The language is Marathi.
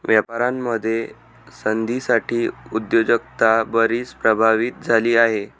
व्यापारामध्ये नव्या संधींसाठी उद्योजकता बरीच प्रभावित झाली आहे